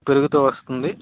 పెరుగుతూ వస్తుంది